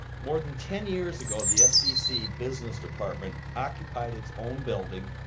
more than ten years ago, the scc business department occupied its own building.